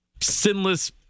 Sinless